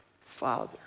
Father